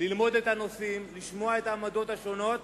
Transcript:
ללמוד את הנושאים, לשמוע את העמדות השונות,